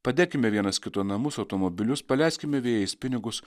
padekime vienas kito namus automobilius paleiskime vėjais pinigus